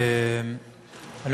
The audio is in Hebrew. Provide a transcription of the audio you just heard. תודה רבה,